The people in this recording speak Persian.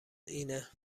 اینه